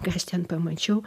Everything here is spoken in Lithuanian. ką aš ten pamačiau